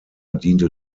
diente